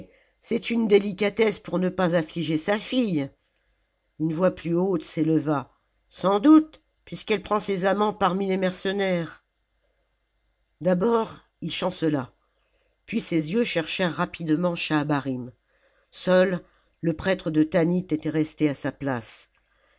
c'est une délicatesse pour ne pas affliger sa fille une voix plus haute s'éleva sans doute puisqu'elle prend ses amants parmi les mercenaires d'abord il chancela puis ses yeux cherchèrent rapidement schahabarim seul le prêtre detanit était resté à sa place